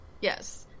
Yes